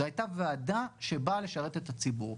זו הייתה ועדה שבאה לשרת את הציבור.